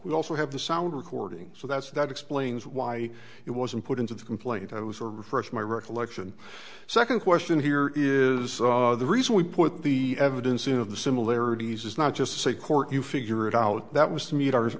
we also have the sound recording so that's that explains why it wasn't put into the complaint i was a refresh my recollection second question here is the reason we put the evidence in of the similarities is not just say court you figure it out that was to meet our